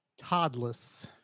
toddless